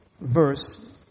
verse